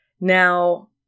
Now